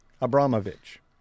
Abramovich